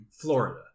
Florida